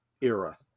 era